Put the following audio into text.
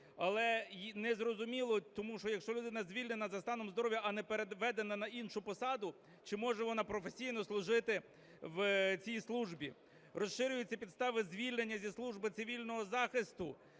Але незрозуміло, тому що, якщо людина звільнена за станом здоров'я, а не переведена на іншу посаду, чи може вона професійно служити в цій службі. Розширюються підстави звільнення зі служби цивільного захисту.